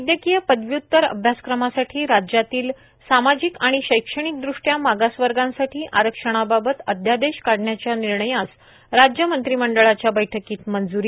वैद्यकीय पदव्युत्तर अभ्यासक्रमासाठी राज्यातील सामाजिक आणि शैक्षणिकदृष्ट्या मागास वर्गांसाठी आरक्षणाबाबत अध्यादेश काढण्याच्या निर्णयास राज्य मंत्रिमंळाच्या बैठकीत मंजूरी